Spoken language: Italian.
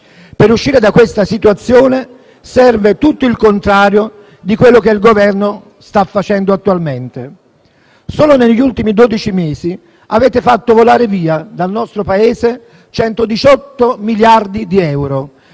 Per uscire da questa situazione serve tutto il contrario di quello che il Governo sta facendo attualmente. Solo negli ultimi dodici mesi avete fatto volare via dal nostro Paese 118 miliardi di euro: